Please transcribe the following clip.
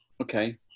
Okay